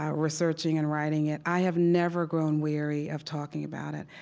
ah researching and writing it. i have never grown weary of talking about it.